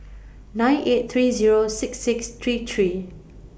nine eight three Zero six six three three